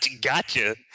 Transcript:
Gotcha